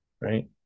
right